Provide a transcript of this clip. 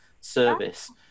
service